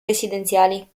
residenziali